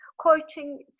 coaching